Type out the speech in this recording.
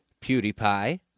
PewDiePie